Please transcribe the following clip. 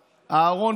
הקורונה.